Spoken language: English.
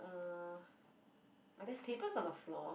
uh oh there's papers on the floor